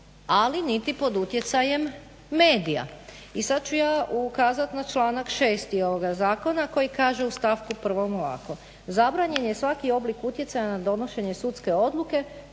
Ali niti pod utjecajem medija. I sad ću ja ukazat na članak 6. ovoga zakona koji kaže u stavku prvom ovako: "Zabranjen je svaki oblik utjecaja na donošenje sudske odluke,